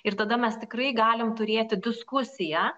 ir tada mes tikrai galim turėti diskusiją